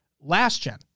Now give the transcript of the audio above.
last-gen